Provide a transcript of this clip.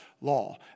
law